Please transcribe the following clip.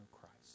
Christ